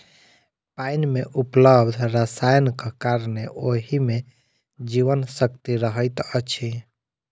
पाइन मे उपलब्ध रसायनक कारणेँ ओहि मे जीवन शक्ति रहैत अछि